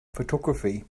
photography